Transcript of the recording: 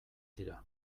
dira